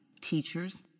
teachers